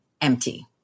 empty